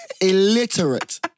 illiterate